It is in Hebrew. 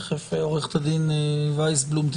את